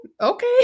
Okay